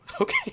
okay